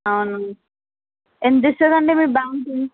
అవును ఎంత ఇస్తుంది అండి మీ బ్యాంక్